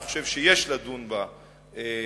אני חושב שיש לדון בה במליאה,